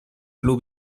plu